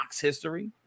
history